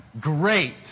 great